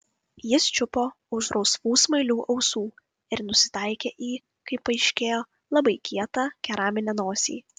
jis čiupo už rausvų smailių ausų ir nusitaikė į kaip paaiškėjo labai kietą keraminę nosį